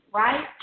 right